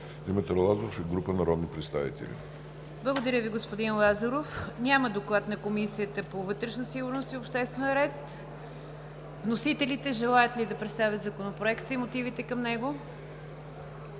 Димитър Лазаров и група народни представители.“ ПРЕДСЕДАТЕЛ НИГЯР ДЖАФЕР: Благодаря Ви, господин Лазаров. Няма доклад на Комисията по вътрешна сигурност и обществен ред. Вносителите желаят ли да представят Законопроекта и мотивите към него?